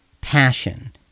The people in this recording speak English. passion